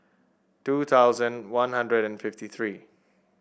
two thousand One Hundred and fifty three